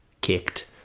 kicked